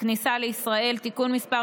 הכניסה לישראל (תיקון מס'